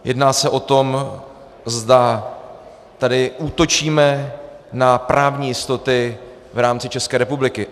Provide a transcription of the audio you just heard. Jedná se o tom, zda tady útočíme na právní jistoty v rámci České republiky.